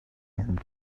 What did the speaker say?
and